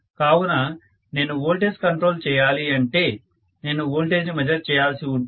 కావున నేను voltage control చేయాలి అంటే నేను వోల్టేజ్ ని మెజర్ చేయాల్సి ఉంటుంది